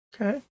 okay